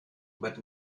but